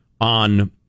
on